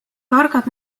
targad